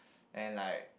and like